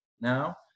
now